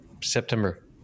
September